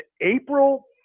April